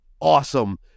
awesome